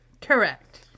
Correct